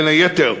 בין היתר,